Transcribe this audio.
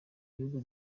bihugu